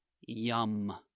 Yum